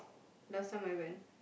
last time I went